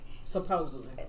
supposedly